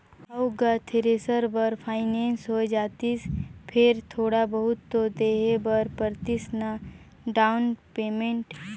हव गा थेरेसर बर फाइनेंस होए जातिस फेर थोड़ा बहुत तो देहे बर परतिस ना डाउन पेमेंट